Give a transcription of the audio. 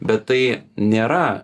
bet tai nėra